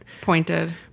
pointed